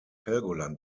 helgoland